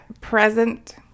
present